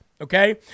Okay